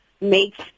makes